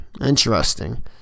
interesting